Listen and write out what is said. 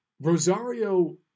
Rosario